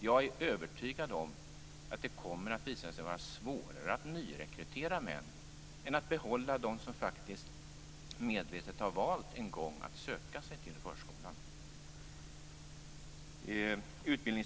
Jag är övertygad om att det kommer att visa sig vara svårare att nyrekrytera män än att behålla dem som en gång faktiskt medvetet har valt att söka sig till förskolan.